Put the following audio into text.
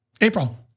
April